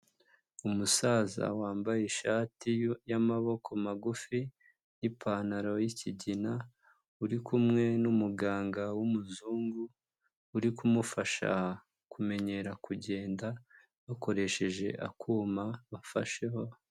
Umusaza wambaye ishati y'amaboko magufi n'ipantaro y'ikigina uri kumwe n'umuganga w'umuzungu, uri kumufasha kumenyera kugenda bakoresheje akuma bafasheho.